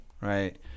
right